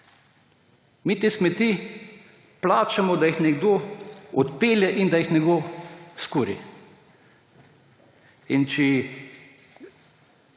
Mi te smeti plačamo, da jih nekdo odpelje in da jih nekdo skuri.